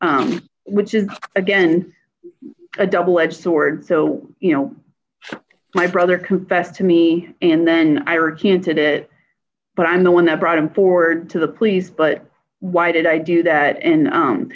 which is again a double edged sword so you know my brother confessed to me and then i recanted it but i'm the one that brought him forward to the police but why did i do that and